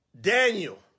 Daniel